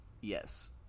Yes